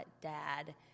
dad